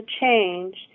change